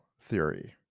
theory